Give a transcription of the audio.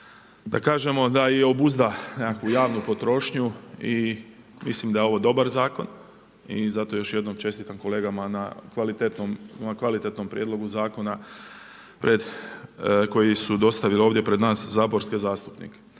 da kažemo da i obuzda nekakvu javnu potrošnju i mislim da je ovo dobar zakon i zato još jednom čestitam kolegama na kvalitetnom prijedlogu Zakona koji su dostavili ovdje pred nas saborske zastupnike.